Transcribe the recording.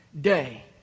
day